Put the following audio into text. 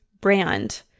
brand